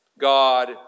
God